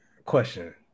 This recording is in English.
question